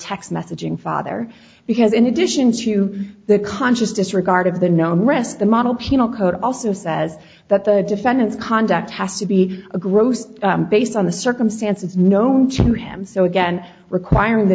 text messaging father because in addition to the conscious disregard of the known rest the model penal code also says that the defendant's conduct has to be a grossed based on the circumstances known to him so again requiring the